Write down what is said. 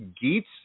Geet's